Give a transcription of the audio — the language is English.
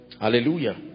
Hallelujah